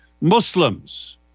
Muslims